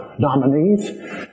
nominees